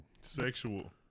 sexual